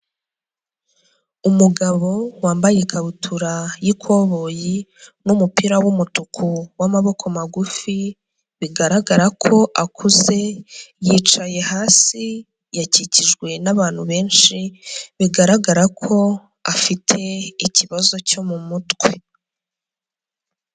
Umugabo wambaye ikabutura y'ikoboyi n'umupira w'umutuku w'amaboko magufi, bigaragara ko akuze, yicaye hasi yakikijwe n'abantu benshi, bigaragara ko afite ikibazo cyo mu mutwe.